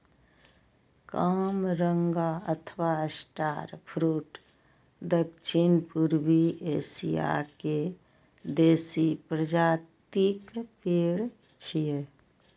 कामरंगा अथवा star fruit दक्षिण पूर्वी एशिया के देसी प्रजातिक पेड़ छियै